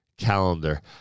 calendar